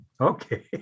Okay